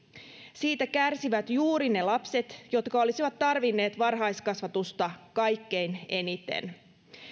siitä kärsivät juuri ne lapset jotka olisivat tarvinneet varhaiskasvatusta kaikkein eniten